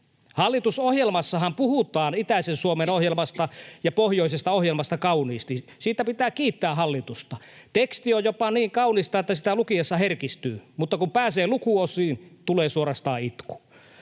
Hallitusohjelmassahan puhutaan itäisen Suomen ohjelmasta ja pohjoisesta ohjelmasta kauniisti — siitä pitää kiittää hallitusta. Teksti on jopa niin kaunista, että sitä lukiessa herkistyy, mutta kun pääsee lukuosiin, tulee suorastaan itku.